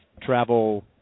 travel